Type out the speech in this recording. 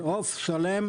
עוף שלם.